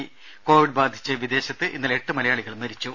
ത കോവിഡ് ബാധിച്ച് വിദേശത്ത് ഇന്നലെ എട്ട് മലയാളികൾ മരിച്ചു